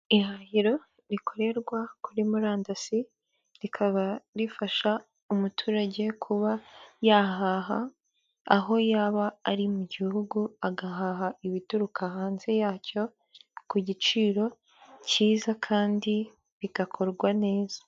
Ihahiro rikorerwa kuri murandasi rikaba rifasha umuturage kuba yahaha aho yaba ari mu gihugu agahaha ibituruka hanze yacyo ku giciro cyiza kandi bigakorwa neza.